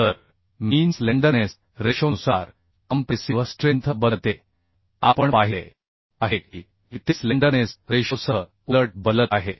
तर mean slenderness रेशोनुसार compressive strength बदलते आपण पाहिले आहे की ते स्लेंडरनेस रेशोसह उलट बदलत आहे